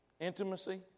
intimacy